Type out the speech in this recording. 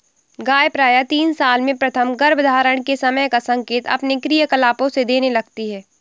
गाय प्रायः तीन साल में प्रथम गर्भधारण के समय का संकेत अपने क्रियाकलापों से देने लगती हैं